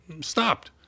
stopped